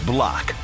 Block